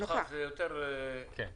נוכח זה יותר מוכח.